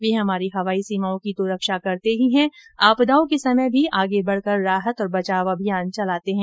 वे हमारी हवाई सीमाओं की तो रक्षा करते ही हैं आपदाओं के समय भी आगे बढकर राहत और बचाव अभियान चलते हैं